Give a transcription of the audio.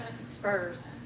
spurs